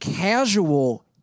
casual